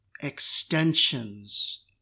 extensions